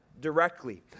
directly